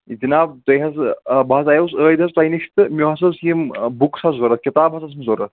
جناب تِہنز بہٕ حظ آیوس ٲدۍ حظ تۄہہِ نِش تہٕ مےٚ حظ ٲس یِم بُکٕس حظ ضوٚرتھ کِتاب حظ ٲسم ضوٚرتھ